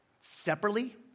separately